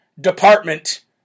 department